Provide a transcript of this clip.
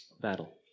battle